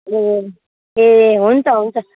ए ए हुन्छ हुन्छ